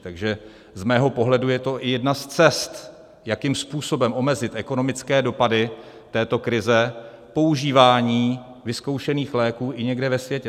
Z mého pohledu je to i jedna z cest, jakým způsobem omezit ekonomické dopady této krize, používání vyzkoušených léků i někde ve světě.